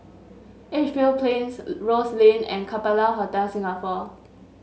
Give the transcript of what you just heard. Edgefield Plains Rose Lane and Capella Hotel Singapore